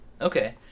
Okay